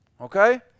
Okay